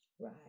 Right